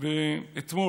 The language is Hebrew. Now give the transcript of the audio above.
אתמול